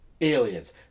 Aliens